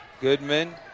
Goodman